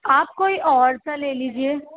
آپ کوئی اور سا لے لیجیے